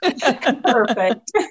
Perfect